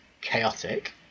chaotic